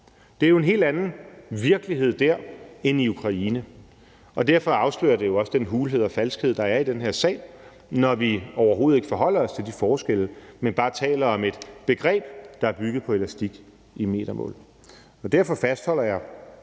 Det er jo en helt anden virkelighed dér end i Ukraine. Derfor afslører det jo også den hulhed og falskhed, der er i den her sag, når vi overhovedet ikke forholder os til de forskelle, men bare taler om et begreb, der er bygget på elastik i metermål. Derfor fastholder jeg